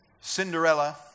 Cinderella